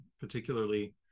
particularly